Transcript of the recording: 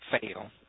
fail